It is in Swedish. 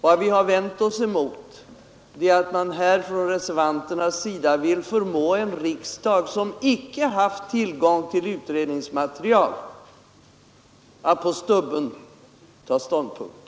Vad vi vänt oss emot är att de som stöder reservationen 3 vill förmå en riksdag som icke haft tillgång till utredningsmaterial att på stubben ta ståndpunkt.